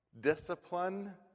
discipline